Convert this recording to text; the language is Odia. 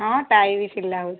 ହଁ ଟାଏ ବି ସିଲା ହେଉଛି